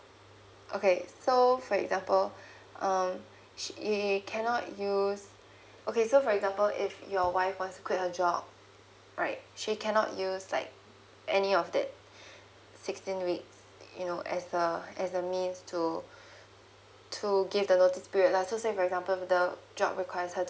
okay so for example um she cannot use okay so for example if your wife wants to quit her job right she cannot use like any of that sixteen weeks you know as a as a means to to give the notice period lah so say for example the job request her to